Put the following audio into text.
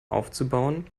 aufzubauen